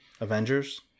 Avengers